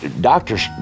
doctors